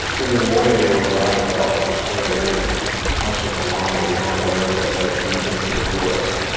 in the morning they were routed out with early energy, and hustled along a narrow road that led deep into the forest.